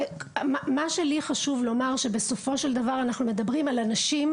מה שלי חשוב לומר זה שבסופו של דבר אנחנו מדברים על אנשים,